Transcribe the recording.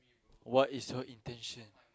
what is your intention